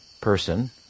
person